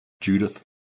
Judith